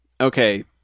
okay